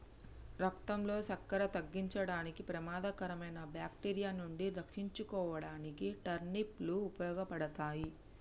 రక్తంలో సక్కెర తగ్గించడానికి, ప్రమాదకరమైన బాక్టీరియా నుండి రక్షించుకోడానికి టర్నిప్ లు ఉపయోగపడతాయి